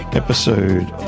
episode